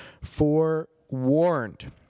forewarned